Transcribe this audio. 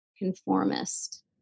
conformist